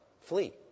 Flee